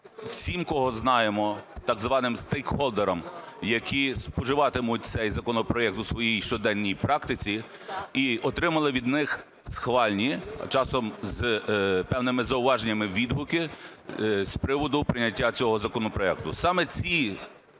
всім, кого знаємо, так званим стейкхолдерам, які споживатимуть цей законопроект у своїй щоденній практиці, і отримали від них схвальні, часом з певними зауваженнями, відгуки з приводу прийняття цього законопроекту.